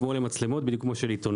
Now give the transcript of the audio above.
כמו למצלמות בדיוק כמו של עיתונאים,